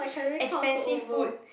expensive food